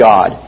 God